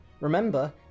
Remember